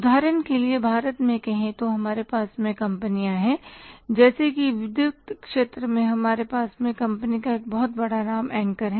उदाहरण के लिए भारत में कहें तो हमारे पास कंपनियां हैं जैसे कि विद्युत क्षेत्र में हमारे पास कंपनी का बहुत बड़ा नाम एंकर है